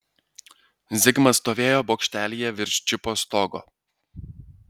zigmas stovėjo bokštelyje virš džipo stogo